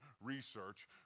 research